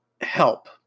help